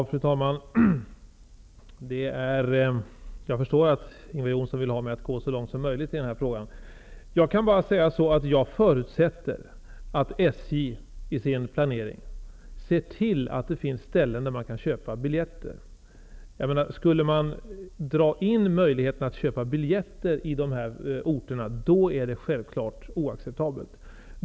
Fru talman! Jag förstår att Ingvar Johnsson vill få mig att gå så långt som möjligt i denna fråga. Jag kan bara säga att jag förutsätter att SJ i sin planering ser till att det finns ställen där man kan köpa biljetter. Skulle man dra in möjligheten att köpa biljetter på dessa orter, är det självfallet oacceptabelt.